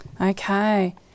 okay